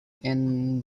and